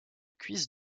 cuisses